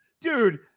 dude